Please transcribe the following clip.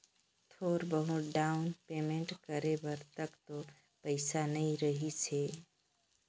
थोर बहुत down payment करे बर तक तो पइसा नइ रहीस हे